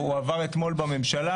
הוא עבר אתמול בממשלה.